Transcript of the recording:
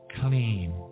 clean